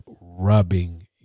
rubbing